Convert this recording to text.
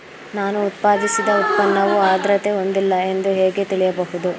ನಾನು ಉತ್ಪಾದಿಸಿದ ಉತ್ಪನ್ನವು ಆದ್ರತೆ ಹೊಂದಿಲ್ಲ ಎಂದು ಹೇಗೆ ತಿಳಿಯಬಹುದು?